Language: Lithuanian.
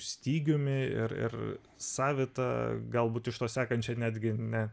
stygiumi ir ir savita galbūt iš to sekančia netgi ne